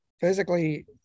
physically